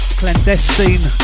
clandestine